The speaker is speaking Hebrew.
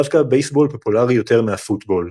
דווקא בייסבול פופולרי יותר מהפוטבול.